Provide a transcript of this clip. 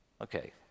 Okay